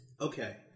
Okay